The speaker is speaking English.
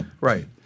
Right